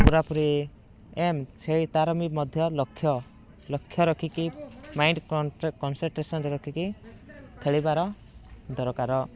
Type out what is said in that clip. ପୁରାପୁରି ଏମ୍ ଛେ ତାର ବି ମଧ୍ୟ ଲକ୍ଷ୍ୟ ଲକ୍ଷ୍ୟ ରଖିକି ମାଇଣ୍ଡ କନ କନଷ୍ଟ୍ରେଟେସନରେ ରଖିକି ଖେଳିବାର ଦରକାର